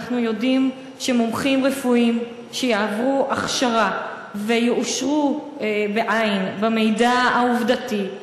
אנחנו יודעים שמומחים רפואיים שיעברו הכשרה ויעושרו במידע העובדתי,